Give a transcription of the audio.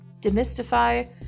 Demystify